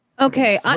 Okay